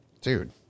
dude